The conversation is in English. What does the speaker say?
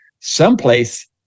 someplace